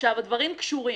עכשיו הדברים קשורים.